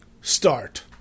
start